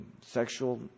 sexual